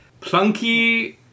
Plunky